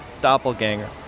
doppelganger